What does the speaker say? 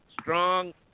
strong